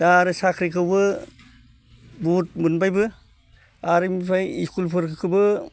दा आरो साख्रिखौबो बहुद मोनबायबो आरो बेनिफ्राय स्कुलफोरखौबो